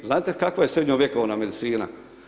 Znate kakva je srednjovjekovna medicina?